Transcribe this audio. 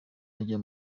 ajya